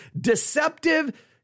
deceptive